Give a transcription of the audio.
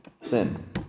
Sin